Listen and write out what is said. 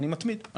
אני מתמיד,